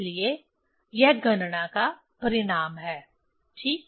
इसलिए यह गणना का परिणाम है ठीक